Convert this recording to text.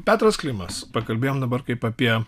petras klimas pakalbėjom dabar kaip apie